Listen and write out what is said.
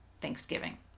Thanksgiving